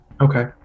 Okay